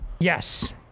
Yes